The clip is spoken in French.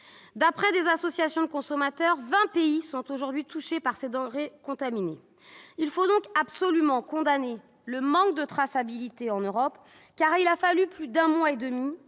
D'après des associations de consommateurs, vingt pays sont aujourd'hui touchés par ces denrées contaminées. Il faut absolument condamner le manque de traçabilité en Europe : il a fallu plus d'un mois et demi